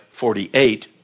48